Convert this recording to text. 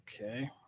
okay